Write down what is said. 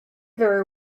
very